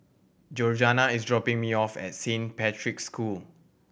Georganna is dropping me off at Saint Patrick's School